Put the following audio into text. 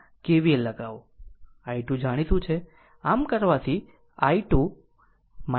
i2 જાણીતું છે આમ કરવાથી i2 2 એમ્પીયર છે